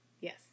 Yes